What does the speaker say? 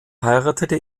heiratete